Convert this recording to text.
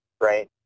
right